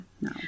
no